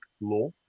law